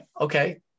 okay